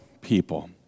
people